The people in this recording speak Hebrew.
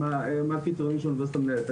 מה הקריטריונים שהאוניברסיטה מנהלת.